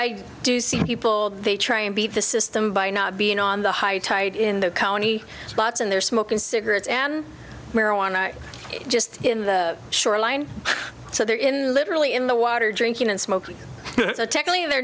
i do see people they try and beat the system by not being on the high tide in the county spots and they're smoking cigarettes and marijuana just in the shoreline so they're in literally in the water drinking and smoking